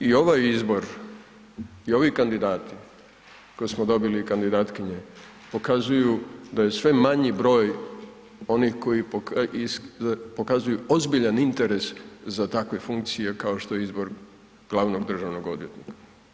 I ovaj izbor i ovi kandidati koje smo dobili, kandidatkinje pokazuju da je sve manji broj onih koji .../nerazumljivo/... pokazuju ozbiljan interes za takve funkcije kao što je izbor glavnog državnog odvjetnika.